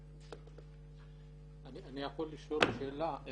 אני יכול לשאול שאלה?